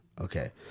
Okay